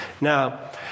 Now